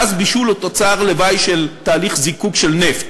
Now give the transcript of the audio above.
גז בישול הוא תוצר לוואי של תהליך זיקוק של נפט.